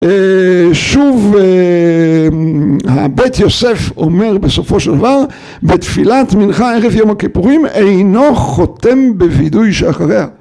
שוב הבית יוסף אומר בסופו של דבר, בתפילת מנחה ערב יום הכיפורים אינו חותם בווידוי שאחריה.